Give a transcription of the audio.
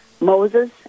Moses